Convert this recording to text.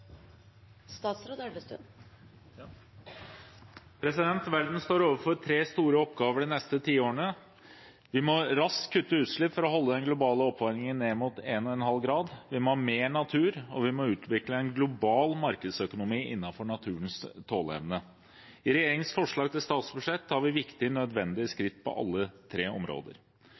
Vi må raskt kutte utslipp for å holde den globale oppvarmingen ned mot 1,5 grader, vi må ha mer natur, og vi må utvikle en global markedsøkonomi innenfor naturens tåleevne. I regjeringens forslag til statsbudsjett tar vi viktige og nødvendige skritt på alle tre områder.